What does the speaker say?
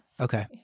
Okay